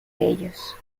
ellos